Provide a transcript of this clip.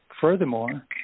Furthermore